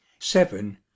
seven